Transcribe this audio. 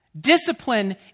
Discipline